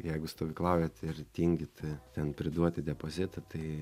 jeigu stovyklaujat ir tingit ten priduoti depozitą tai